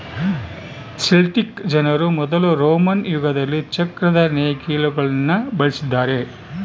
Celtic ಜನರು ಮೊದಲು Roman ಯುಗದಲ್ಲಿ ಚಕ್ರದ ನೇಗಿಲುಗುಳ್ನ ಬಳಸಿದ್ದಾರೆ